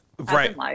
Right